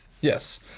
Yes